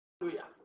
Hallelujah